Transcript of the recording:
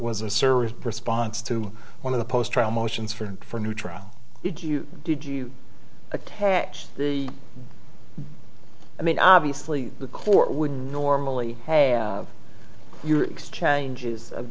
was a service perspire to one of the post trial motions for new trial did you did you attach the i mean obviously the court would normally have your exchanges of